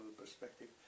perspective